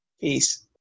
Peace